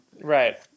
Right